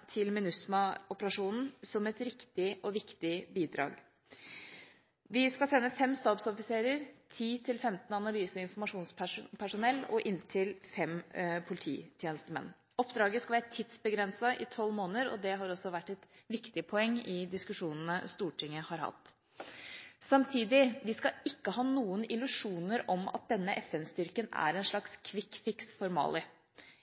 har også vært et viktig poeng i diskusjonene Stortinget har hatt. Samtidig: Vi skal ikke ha noen illusjoner om at denne FN-styrken er en slags «quick fix» for Mali